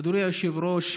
אדוני היושב-ראש,